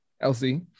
Elsie